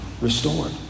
restored